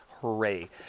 hooray